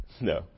No